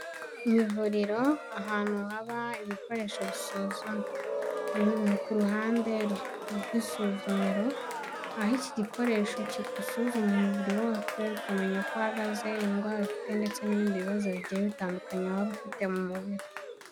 Mu ivuriro ahantu haba ibikoresho bisuzuma. Ku ruhande rw'isuzumiro aho iki gikoresho kigusuzuma umubiri wose ukamenya ko uko uhagaze, indwara ufite ndetse n'ibindi bibazo bigiye bitandukanye waba ufite mu mubiri.